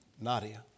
Nadia